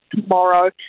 tomorrow